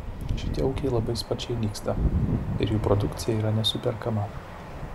šitie ūkiai labai sparčiai nyksta ir jų produkcija yra nesuperkama